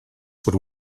would